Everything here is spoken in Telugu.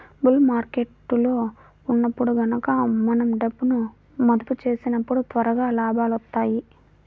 బుల్ మార్కెట్టులో ఉన్నప్పుడు గనక మనం డబ్బును మదుపు చేసినప్పుడు త్వరగా లాభాలొత్తాయి